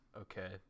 Okay